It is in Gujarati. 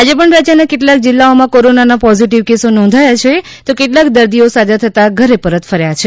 આજે પણ રાજ્યના કે ટલાક જીલ્લાઓમાં કોરોનાના પોઝીટીવ કેસો નોધાયા છે તો કેટલાક દર્દીઓ સાજા થતાં ઘરે પરત ફર્યા છે